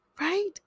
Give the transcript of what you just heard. right